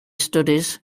studies